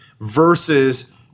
versus